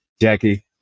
Jackie